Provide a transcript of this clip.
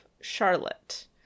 Charlotte